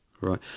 right